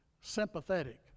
sympathetic